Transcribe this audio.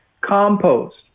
Compost